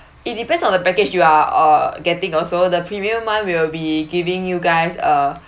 it depends on the package you are uh getting also the premium one we will be giving you guys uh